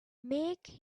make